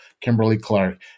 Kimberly-Clark